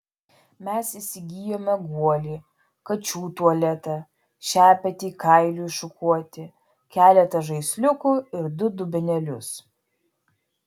mes įsigijome guolį kačių tualetą šepetį kailiui šukuoti keletą žaisliukų ir du dubenėlius